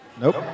Nope